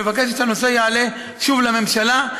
היא מבקשת שהנושא יעלה שוב לממשלה.